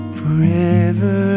forever